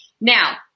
Now